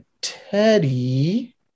Teddy